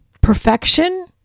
perfection